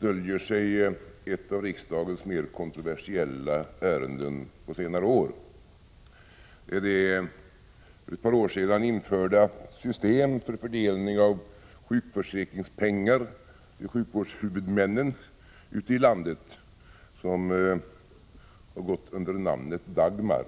döljer sig ett av riksdagens mer kontroversiella ärenden under senare år. Det gäller det för ett par år sedan införda systemet för fördelning av sjukförsäkringspengar till sjukvårdshuvudmännen ute i landet. Detta system som har gått under namnet Dagmar.